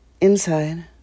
Inside